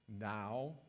now